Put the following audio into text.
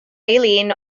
eileen